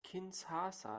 kinshasa